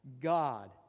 God